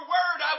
Word